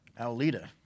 Alita